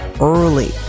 early